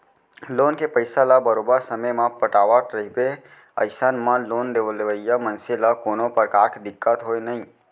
loan के पइसा ल बरोबर समे म पटावट रहिबे अइसन म लोन लेवइया मनसे ल कोनो परकार के दिक्कत होवय नइ